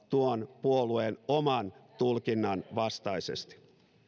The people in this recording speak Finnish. tuon puolueen oman tulkinnan vastaisesti